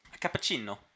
cappuccino